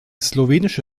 slowenische